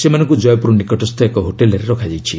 ସେମାନଙ୍କୁ ଜୟପୁର ନିକଟସ୍ଥ ଏକ ହୋଟେଲ୍ରେ ରଖାଯାଇଛି